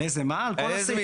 על כל הסעיף,